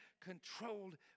controlled